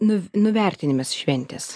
nuv nuvertinimas šventės